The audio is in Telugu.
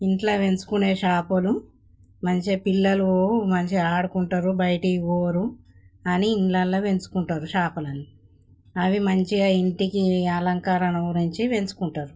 ఇంట్లో పెంచుకునే చేపలు మంచిగా పిల్లలూ మంచిగా ఆడుకుంటారు బయటకి పోరు అని ఇంట్లల్లోపెంచుకుంటారు చేపలని అవి మంచిగా ఇంటికీ అలంకరణ గురించి పెంచుకుంటారు